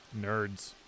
Nerds